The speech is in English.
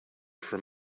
from